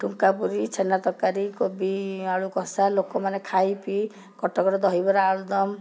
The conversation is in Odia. ଠୁଙ୍କା ପୁରି ଛେନା ତରକାରୀ କୋବି ଆଳୁ କଷା ଲୋକମାନେ ଖାଇପିଇ କଟକର ଦହିବରା ଆଳୁଦମ